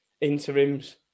Interims